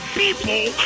people